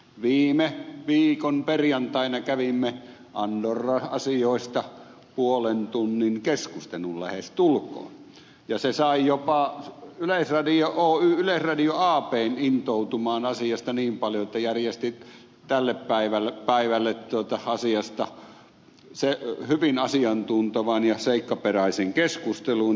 viime viikon perjantaina kävimme andorra asioista lähestulkoon puolen tunnin keskustelun ja se sai jopa oy yleisradio abn intoutumaan asiasta niin paljon että se järjesti tälle päivälle asiasta hyvin asiantuntevan ja seikkaperäisen keskustelun